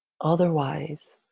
Otherwise